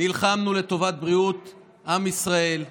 נלחמנו לטובת בריאות עם ישראל,